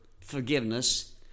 forgiveness